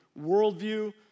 worldview